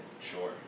Sure